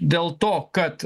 dėl to kad